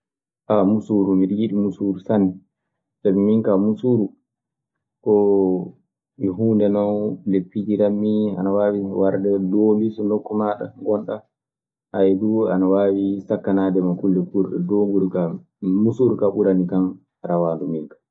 muusuuru, miɗe yiɗi musuuru sanne, sabi min kaa musuuru koo huunde non nde pijirammi ana waawi warde doombi. So nokku maa ngonɗaa duu ana waawi sakkanaade ma kulle kuurɗe. Musuuru kaa ɓuranikan rawaanduminka.